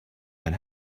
and